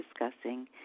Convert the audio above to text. discussing